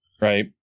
right